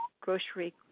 Grocery